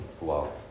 wow